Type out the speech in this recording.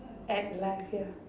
at life ya